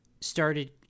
started